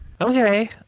Okay